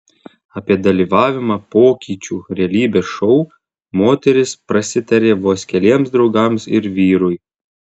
apie dalyvavimą pokyčių realybės šou moteris prasitarė vos keliems draugams ir vyrui